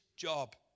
job